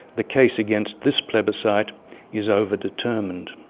the case against this plebiscite is overdetermined.